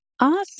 Awesome